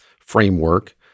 framework